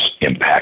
impact